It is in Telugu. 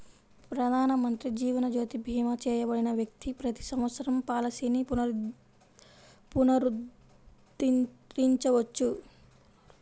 ప్రధానమంత్రి జీవన్ జ్యోతి భీమా చేయబడిన వ్యక్తి ప్రతి సంవత్సరం పాలసీని పునరుద్ధరించవచ్చు